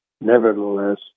Nevertheless